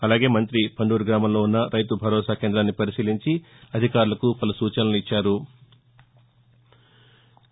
అలాగే మంతి పండూరు గ్రామంలో ఉన్న రైతు భరోసా కేంద్రాన్ని పరిశీలించి అధికారులకు పలు సూచనలిచ్చారు